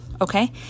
Okay